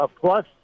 plus